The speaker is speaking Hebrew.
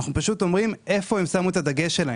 אנחנו פשוט אומרים איפה הם שמו את הדגש שלהם,